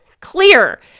clear